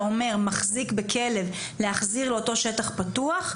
אומר כמחזיק בכלב להחזיר לאותו שטח פתוח,